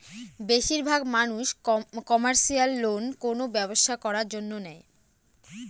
বেশির ভাগ মানুষ কমার্শিয়াল লোন কোনো ব্যবসা করার জন্য নেয়